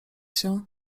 się